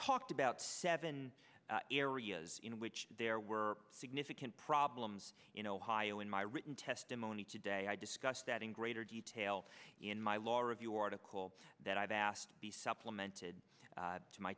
talked about seven areas in which there were significant problems in ohio in my written testimony today i discussed that in greater detail in my law review article that i've asked be supplemented to my